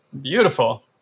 beautiful